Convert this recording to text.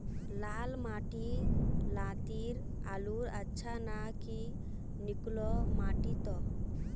लाल माटी लात्तिर आलूर अच्छा ना की निकलो माटी त?